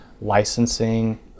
licensing